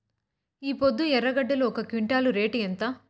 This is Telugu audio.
ఈపొద్దు ఎర్రగడ్డలు ఒక క్వింటాలు రేటు ఎంత?